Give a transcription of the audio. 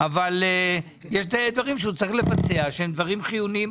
יש הוצאות שהן בחוק מוצמדות